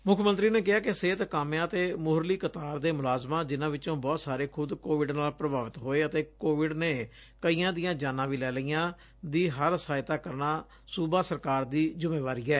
ਮੁੱਖ ਮੰਤਰੀ ਨੇ ਕਿਹਾ ਕਿ ਸਿਹਤ ਕਾਮਿਆਂ ਅਤੇ ਮੁਹਰਲੀ ਕਤਾਰ ਦੇ ਮੁਲਾਜ਼ਮਾਂ ਜਿਨਾਂ ਵਿੱਚੋਂ ਬਹੁਤ ਸਾਰੇ ਖੁਦ ਕੋਵਿਡ ਨਾਲ ਪੁਭਾਵਿਤ ਹੋਏ ਅਤੇ ਕੋਵਿਡ ਨੇ ਕਈਆਂ ਦੀਆਂ ਜਾਨਾਂ ਵੀ ਲੈ ਲਈਆਂ ਦੀ ਹਰ ਸਹਾਇਤਾ ਕਰਨਾ ਸੁਬਾ ਸਰਕਾਰ ਦੀ ਜ਼ਿਮੇਵਾਰੀ ਏ